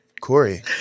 Corey